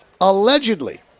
allegedly